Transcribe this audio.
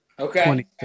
Okay